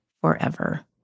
forever